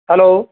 hello